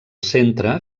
centre